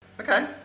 Okay